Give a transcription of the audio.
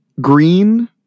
Green